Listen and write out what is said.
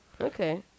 Okay